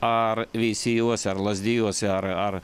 ar veisiejuose ar lazdijuose ar ar